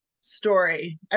story